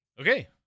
Okay